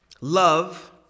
Love